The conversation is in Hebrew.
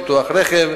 ביטוח רכב,